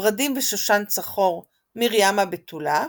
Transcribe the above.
ורדים ושושן צחור - מרים הבתולה,